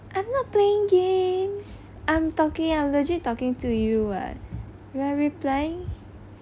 I'm not playing games I'm talking I'm legit talking to you what we are replying